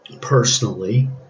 personally